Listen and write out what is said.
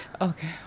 Okay